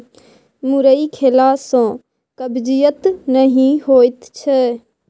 मुरइ खेला सँ कब्जियत नहि होएत छै